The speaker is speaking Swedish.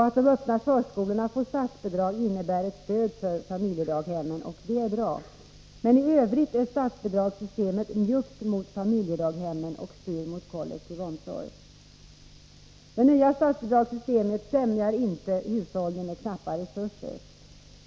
Att de öppna förskolorna får statsbidrag innebär ett stöd för familjedaghemmen, och det är bra. Men i övrigt är statsbidragssystemet njuggt mot familjedaghemmen och styr mot kollektiv omsorg. Det nya statsbidragssystemet främjar inte hushållning med knappa resurser.